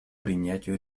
принятию